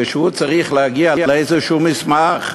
כשהוא צריך להגיע לאיזשהו מסמך,